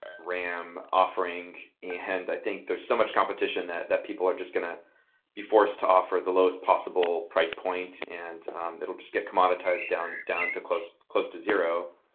ram offering, and i think there's so much competition that that people are just going to be forced to offer the lowest possible price point and it will just get commoditized down down close close to zero,